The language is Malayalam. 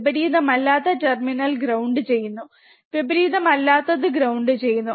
വിപരീതമല്ലാത്ത ടെർമിനൽ ഗ്രൌണ്ട് ചെയ്യുന്നു വിപരീതമല്ലാത്തത് ഗ്രൌണ്ട് ചെയ്യുന്നു